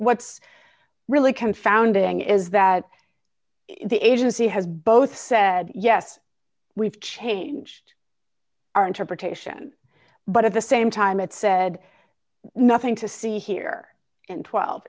what's really confounding is that the agency has both said yes we've changed our interpretation but at the same time it said nothing to see here and twelve